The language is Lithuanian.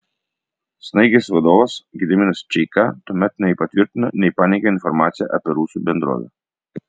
snaigės vadovas gediminas čeika tuomet nei patvirtino nei paneigė informaciją apie rusų bendrovę